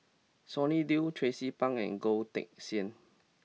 Sonny Liew Tracie Pang and Goh Teck Sian